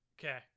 okay